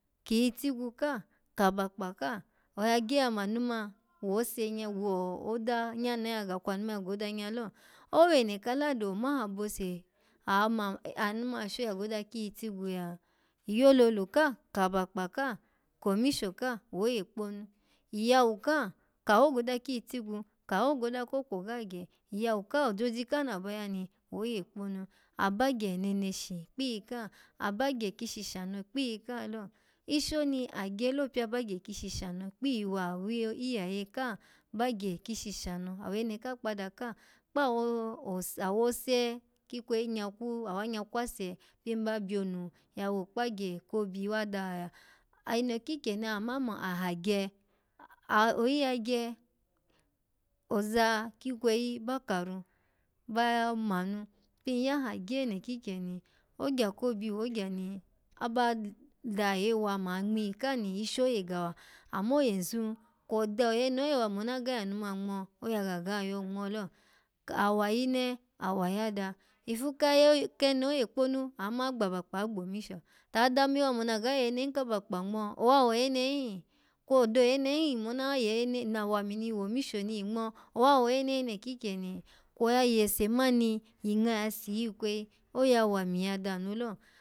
Kiyitigwu ka kabakpa ka. oya gye ya manu man, wose nya-wo-oda nya na ga kwanu man ya goda nya lo oweno kaladi omaha bose oyama anu man ashe oya goda kiyitigwu la? Iyo lolu kaha, kabakpa ka komisho ka woyekponu iyawu ka kawo goda kiyitigwu kawo goda ko kwogo agye iyawu ka ojoji ka na baya ni woye kponu abagye neneshi kpiyi kaha abagye kishi shano kpiyi kaha lo ishi oni agye lo pya bagye kishi shano kpyiwa-awi-iyaye kaha bagye keshi shano awene ka kpawada ka kpawo-os-awose kikweyi nyakwu, awanyakwase pin ba byonu ya wo okpagye ko obi wa daha ya eno kikyeni ama mo aha gye oyi ya gye, oza kikweyi ba karu, ba ba nanu, pin yaha gye ene kikyeni ogya ko obi wogya ni aba dahewa man ngmiyika ni ishi oye ga wa, ama oyanzu kwo do yene ho ewa mona ga yanu man ngmo, oya gaga yo ngmo lo awayine, awayada, ifu kayi-kene oyekponu ya ma agbabakpa agbomisho to adamawa mona ga yoyene hin kabakpa ngmo owa woyene hin? Kwo doyenne hin mona wa yoye-na-wami ni womisho ni yi ngmo, owa woyene hin ene kikyeni? Kwo ya yese mani yi nga ya sikweyi oya wami ya danu lo.